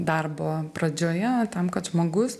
darbo pradžioje tam kad žmogus